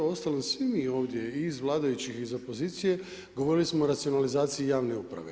Uostalom svi mi ovdje, i iz vladajućih i iz opozicije, govorili smo o racionalizaciji javne uprave.